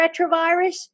retrovirus